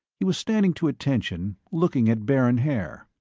he was standing to attention, looking at baron haer.